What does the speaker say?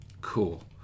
Cool